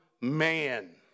man